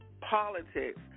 politics